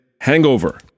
hangover